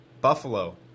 Buffalo